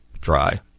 dry